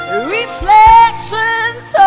Reflections